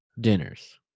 Dinners